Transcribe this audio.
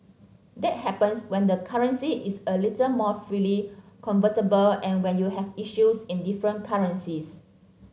that happens when the currency is a little more freely convertible and when you have issues in different currencies